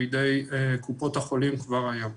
בידי קופות החולים כבר היום.